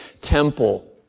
temple